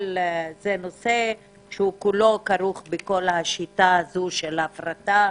אבל זה נושא שכולו כרוך בכל השיטה הזו של ההפרטה,